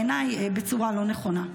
בעיניי, בצורה לא נכונה.